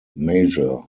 major